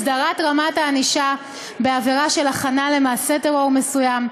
הסדרת רמת הענישה בעבירה של הכנה למעשה טרור מסוים,